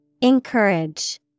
Encourage